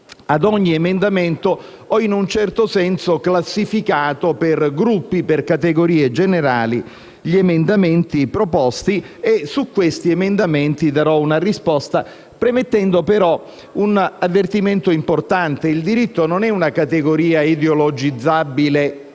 sufficiente, ho in un certo senso classificato per gruppi e categorie generali gli emendamenti proposti e su questi darò una risposta, premettendo però una avvertimento importante: il diritto non è una categoria ideologizzabile